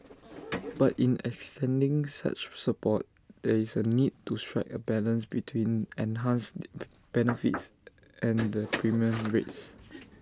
but in extending such support there is A need to strike A balance between enhanced benefits and the premium rates